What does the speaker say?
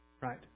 right